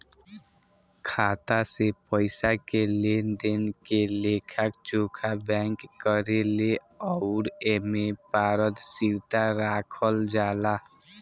खाता से पइसा के लेनदेन के लेखा जोखा बैंक करेले अउर एमे पारदर्शिता राखल जाला